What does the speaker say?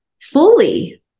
fully